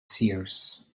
seers